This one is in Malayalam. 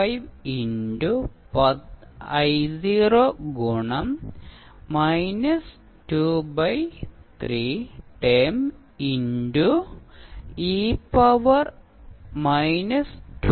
5 ഇന്റു i0 ഗുണം minus 2 by 3 term into e power minus 2t by 3